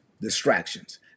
distractions